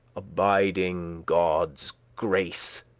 abiding godde's grace.